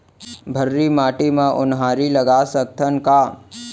भर्री माटी म उनहारी लगा सकथन का?